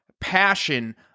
passion